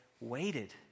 waited